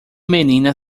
menina